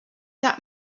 that